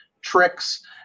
tricks